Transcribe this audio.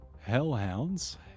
hellhounds